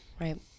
Right